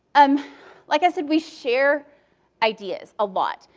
um like i said, we share ideas a lot.